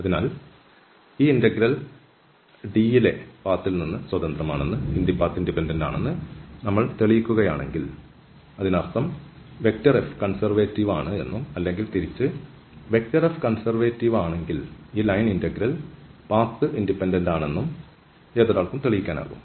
അതിനാൽ ഈ integral D യിലെ പാത്ത് ൽ നിന്ന് സ്വതന്ത്രമാണെന്ന് നമ്മൾ തെളിയിക്കുകയാണെങ്കിൽ അതിനർത്ഥം F കൺസെർവേറ്റീവ് ആണ് എന്നും അല്ലെങ്കിൽ തിരിച്ച് എഫ് കൺസെർവേറ്റീവ് ആണെങ്കിൽ ഈ ലൈൻ ഇന്റഗ്രൽ പാത്ത് ഇൻഡിപെൻഡന്റ് ആണെന്നും ആർക്കും തെളിയിക്കാനാകും